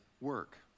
work